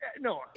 No